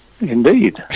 Indeed